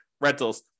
rentals